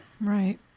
Right